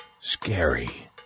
scary